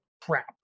crap